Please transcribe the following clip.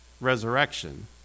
resurrection